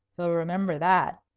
he'll remember that.